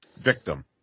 victim